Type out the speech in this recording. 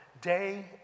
day